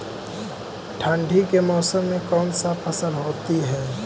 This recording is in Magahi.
ठंडी के मौसम में कौन सा फसल होती है?